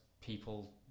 people